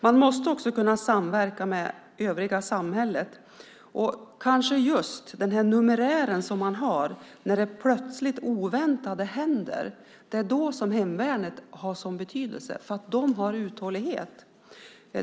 Man måste också kunna samverka med övriga samhället. Och det är när det oväntade händer som hemvärnet har betydelse, för de har uthållighet.